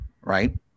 right